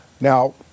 Now